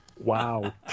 wow